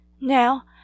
Now